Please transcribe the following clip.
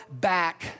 back